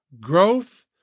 growth